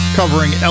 covering